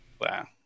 wow